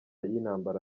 y’intambara